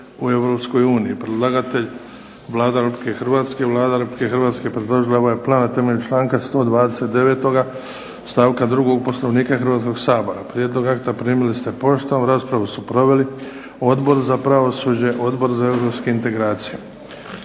uniji Predlagatelj je Vlada Republike Hrvatske. Vlada Republike Hrvatske predložila je ovaj plan na temelju članka 129. stavka 2. Poslovnika Hrvatskoga sabora. Prijedlog akta primili ste poštom. Raspravu su proveli Odbor za pravosuđe, Odbor za europske integracije.